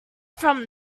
from